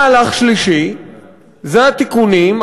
מהלך שלישי זה התיקונים,